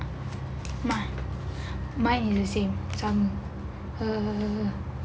mine mine is the same sama err